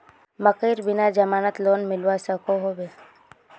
मकईर बिना जमानत लोन मिलवा सकोहो होबे?